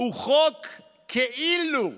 הוא חוק כאילו,